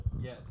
Yes